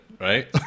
Right